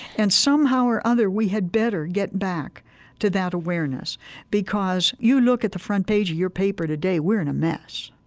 and somehow or other we had better get back to that awareness because you look at the front page of your paper today, we're in a mess